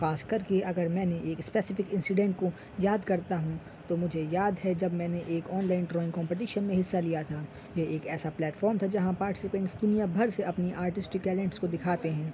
خاص کر کے اگر میں نے ایک اسپیسفک انسیڈنٹ کو یاد کرتا ہوں تو مجھے یاد ہے جب میں نے ایک آن لائن ڈرائنگ کمپٹیشن میں حصہ لیا تھا یہ ایک ایسا پلیٹفام تھا جہاں پارٹیسپینٹس دنیا بھر سے اپنی آرٹسٹ ٹیلینٹس کو دکھاتے ہیں